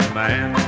man